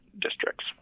districts